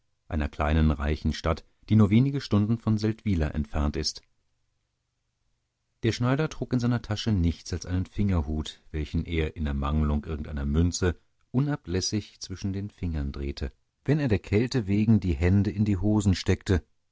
einer kleinen reichen stadt die nur wenige stunden von seldwyla entfernt ist der schneider trug in seiner tasche nichts als einen fingerhut welchen er in ermangelung irgendeiner münze unablässig zwischen den fingern drehte wenn er der kälte wegen die hände in die hosen steckte